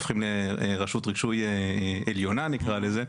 הופכים רשות רישוי עליונה נקרא לזה.